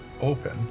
open